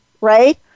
right